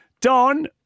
Don